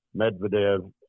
Medvedev